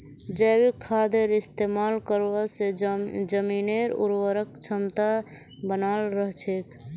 जैविक खादेर इस्तमाल करवा से जमीनेर उर्वरक क्षमता बनाल रह छेक